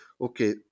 Okay